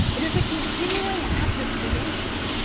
it is a continuing act of creation.